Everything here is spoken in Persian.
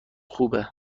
خوبه